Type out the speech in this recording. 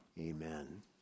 Amen